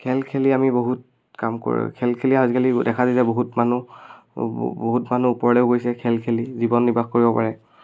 খেল খেলি আমি বহুত কাম কৰি খেল খেলি আজিকালি দেখা যায় যে বহুত মানুহ বহুত মানুহ ওপৰলেও গৈছে খেল খেলি জীৱন নিৰ্বাহ কৰিব পাৰে